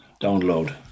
Download